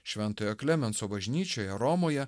švenotojo klemenso bažnyčioje romoje